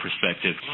perspective